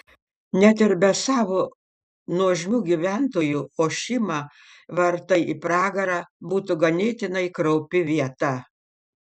net ir be savo nuožmių gyventojų ošima vartai į pragarą būtų ganėtinai kraupi vieta